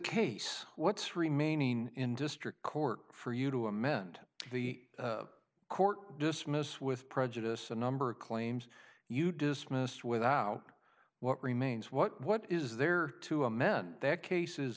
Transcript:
case what's remaining in district court for you to amend the court dismissed with prejudice a number of claims you dismissed without what remains what what is there to amend their case